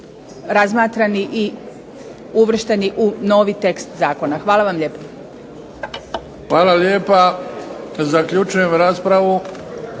razmatrani u uvršteni u novi tekst zakona. Hvala vam lijepo. **Bebić, Luka (HDZ)** Hvala lijepa. Zaključujem raspravu.